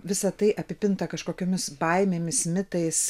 visa tai apipinta kažkokiomis baimėmis mitais